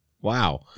Wow